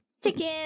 Chicken